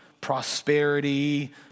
prosperity